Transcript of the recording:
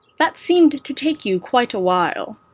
that seemed to take you quite a while.